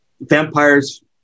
vampires